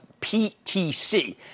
PTC